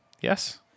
yes